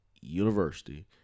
University